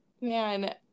Man